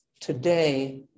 today